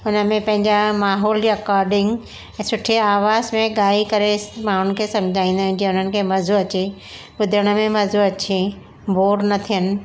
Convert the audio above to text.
हुनमें पंहिंजा माहौल जे अकोर्डिंग सुठी आवाज़ में ॻाए करे माण्हूं खे समुझाईदा आहियूं कि हुननि खे मज़ो अचे बुधण में मज़ो अचे बोर न थियनि